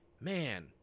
man –